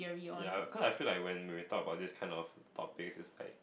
ya cause I feel like when we talk about this kind of topics it's like